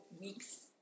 weeks